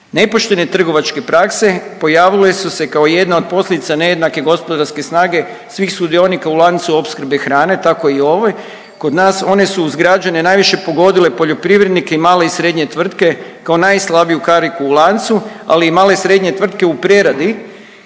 Nepoštene trgovačke prakse pojavile su se kao jedna od posljedice nejednake gospodarske snage svih sudionika u lancu opskrbe hrane, tako i ovoj. Kod nas, one su uz građane, najviše pogodile poljoprivrednike i male i srednje tvrtke kao najslabiju kariku u lancu, ali i male i srednje tvrtke u preradi